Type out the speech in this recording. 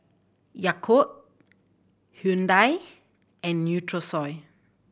Yakult Hyundai and Nutrisoy